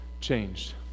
changed